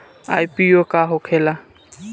IPO का होखेला?